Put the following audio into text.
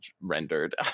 rendered